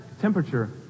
temperature